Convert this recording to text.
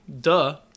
Duh